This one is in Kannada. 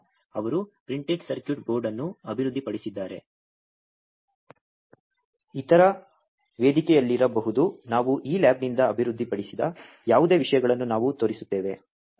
ಆದ್ದರಿಂದ ಅವರು ಪ್ರಿಂಟೆಡ್ ಸರ್ಕ್ಯೂಟ್ ಬೋರ್ಡ್ ಅನ್ನು ಅಭಿವೃದ್ಧಿಪಡಿಸಿದ್ದಾರೆ ಇತರ ವೇದಿಕೆಯಲ್ಲಿರಬಹುದು ನಾವು ಈ ಲ್ಯಾಬ್ನಿಂದ ಅಭಿವೃದ್ಧಿಪಡಿಸಿದ ಯಾವುದೇ ವಿಷಯಗಳನ್ನು ನಾವು ತೋರಿಸುತ್ತೇವೆ